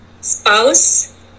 spouse